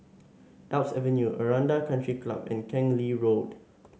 Alps Avenue Aranda Country Club and Keng Lee Road